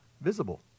visible